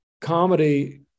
comedy